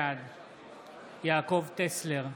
בעד יעקב טסלר,